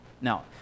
Now